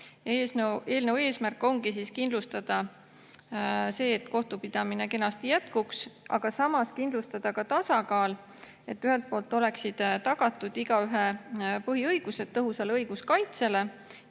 Eelnõu eesmärk ongi kindlustada see, et kohtupidamine kenasti jätkuks, aga samas kindlustada ka tasakaal, et ühelt poolt oleksid tagatud igaühe põhiõigused tõhusale õiguskaitsele